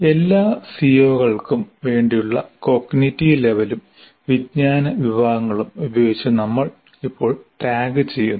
എല്ലാ സിഒകൾക്കും വേണ്ടിയുള്ള കോഗ്നിറ്റീവ് ലെവലും വിജ്ഞാന വിഭാഗങ്ങളും ഉപയോഗിച്ച് നമ്മൾ ഇപ്പോൾ ടാഗുചെയ്യുന്നു